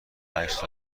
عکس